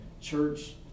church